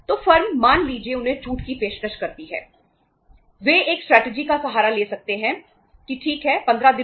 तो फर्म यह तय कर सकती है कि ठीक है हम उसे कुछ छूट दें